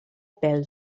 pèl